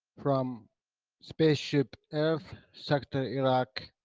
from spaceship earth, sector iraq.